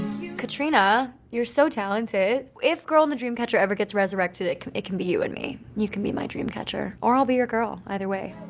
you catrina, you're so talented. if girl and the dreamcatcher ever gets resurrected it it can be you and me. you can be my dreamcatcher. or i'll be your girl, either way.